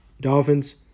Dolphins –